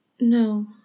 No